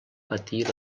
patir